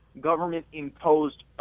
government-imposed